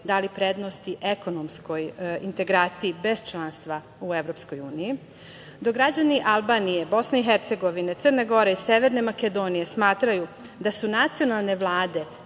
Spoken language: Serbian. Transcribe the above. dali prednosti ekonomskoj integraciji bez članstva u EU.Dok građani Albanije, Bosne i Hercegovine, Crne Gore, Severne Makedonije smatraju da su nacionalne vlade